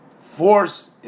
force